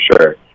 sure